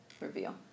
reveal